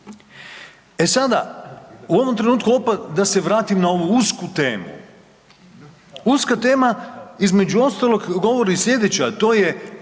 E sada, u ovom trenutku opet da se vratim na ovu usku temu. Uska tema između ostalog govori i slijedeće a to je